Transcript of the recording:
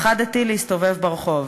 פחדתי להסתובב ברחוב.